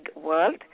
world